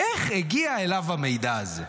איך הגיע אליו המידע הזה?